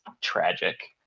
tragic